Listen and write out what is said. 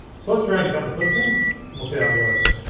so let's drag a couple of clips in and we'll see how it works.